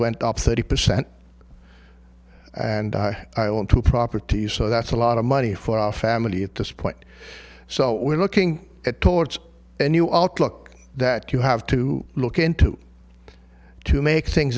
went up thirty percent and i own two properties so that's a lot of money for our family at this point so we're looking at towards a new outlook that you have to look into to make things